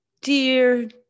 dear